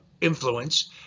influence